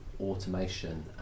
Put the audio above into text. automation